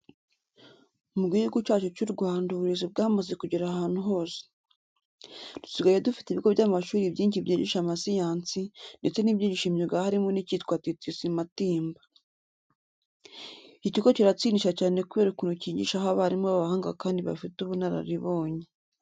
Mu Gihugu cyacu cy'u Rwanda uburezi bwamaze kugera ahantu hose. Dusigaye dufite ibigo by'amashuri byinshi byigisha amasayansi ndetse n'ibyigisha imyuga harimo n'icyitwa TTC MATIMBA. Iki kigo kiratsindisha cyane kubera ukuntu cyigishaho abarimu b'abahanga kandi bafite ubunararibonye.